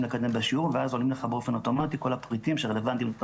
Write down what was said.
לקדם בשיעור ואז עולים לך באופן אוטומטי כל הפריטים שרלוונטיים לאותה